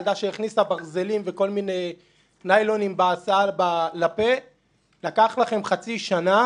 ילדה שהכניסה ברזלים וכל מיני ניילונים לפה בהסעה לקח לכם חצי שנה